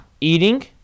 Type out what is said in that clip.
eating